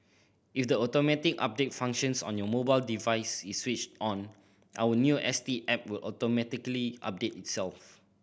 if the automatic update functions on your mobile device is switched on our new S T app will automatically update itself